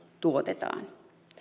tuotetaan